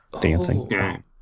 Dancing